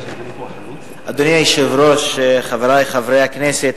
אדוני היושב-ראש, חברי חברי הכנסת,